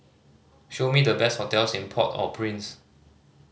show me the best hotels in Port Au Prince